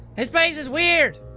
this space is weird!